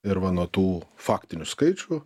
ir va nuo tų faktinių skaičių